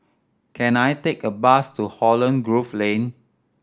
can I take a bus to Holland Grove Lane